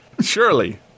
Surely